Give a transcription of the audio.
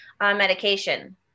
medication